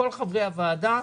כל חברי הוועדה,